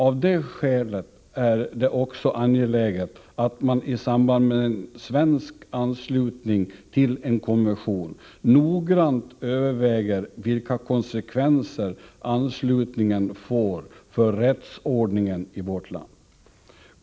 Av det skälet är det också angeläget att man i samband med svensk anslutning till en konvention noggrant överväger vilka konsekvenser anslutningen får för rättsordningen i vårt land.